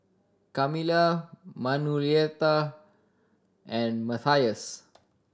Carmella Manuelita and Matthias